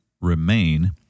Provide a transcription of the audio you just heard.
remain